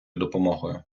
допомогою